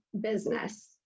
business